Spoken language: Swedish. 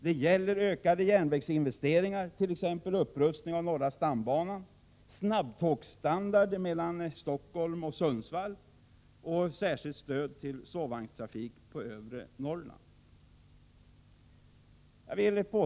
Det gäller ökade järnvägsinvesteringar, t.ex. upprustning av norra stambanan, snabbtågsstandard mellan Stockholm och Sundsvall och särskilt stöd till sovvagnstrafik på övre Norrland.